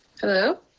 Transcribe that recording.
hello